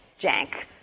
jank